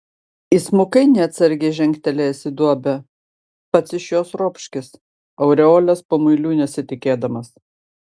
įsmukai neatsargiai žengtelėjęs į duobę pats iš jos ropškis aureolės pamuilių nesitikėdamas